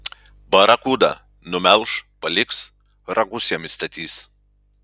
barakuda numelš paliks ragus jam įstatys